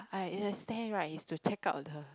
I in a stare right is to check out the